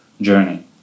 journey